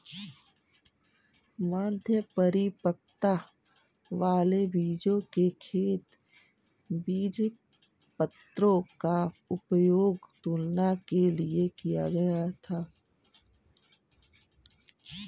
मध्य परिपक्वता वाले बीजों के खेत बीजपत्रों का उपयोग तुलना के लिए किया गया था